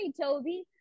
toby